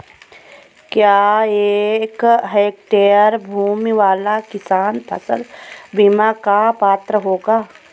क्या एक हेक्टेयर भूमि वाला किसान फसल बीमा का पात्र होगा?